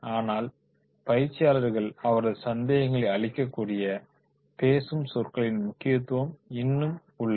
ஆனால் பயிற்சியாளர்கள் அவரது சந்தேகங்களை அழிக்கக்கூடிய பேசும் சொற்களின் முக்கியத்துவம் இன்னும் உள்ளது